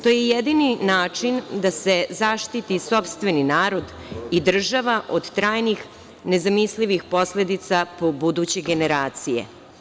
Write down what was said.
To je jedini način da se zaštiti sopstveni narod i država od trajnih nezamislivih posledica po buduće generacije.